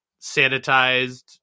sanitized